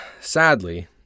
sadly